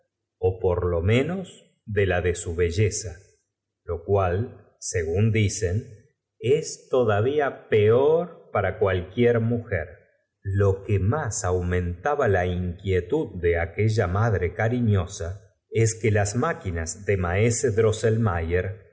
ó por lo menos de la de su belleza lo cual según dicen es todavía peor el penoso servicio que aquellos jóvenes diplomáticos prestaban al estado pero una noche hay días que como para cualquier mujer lo que más aumen vosotros sabéis hijos mios se despierta taba la inquietud de aquella madre cariíío uno sin dejar de dormir una noche á sa es que las máquinas de maese